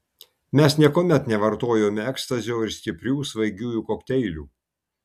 mes niekuomet nevartojome ekstazio ir stiprių svaigiųjų kokteilių